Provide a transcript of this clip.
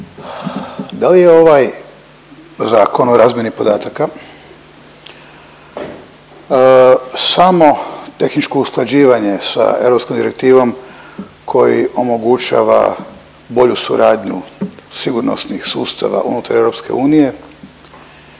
da li je ovaj zakon o razmjeni podataka samo tehničko usklađivanje sa europskom direktivom koji omogućava bolju suradnju sigurnosnih unutar EU ili